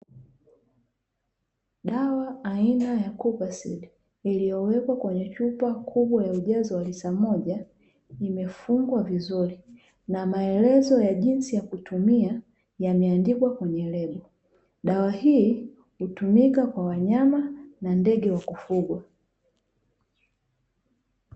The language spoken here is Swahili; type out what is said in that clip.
Dawa aina ya Kupacide iliyowekwa kwenye chupa kubwa ya ujazo wa lita moja imefungwa vizuri, na maelezo ya jinsi ya kutumia yameandikwa kwenye lebo. Dawa hii hutumika kwa wanyama na ndege wa kufugwa.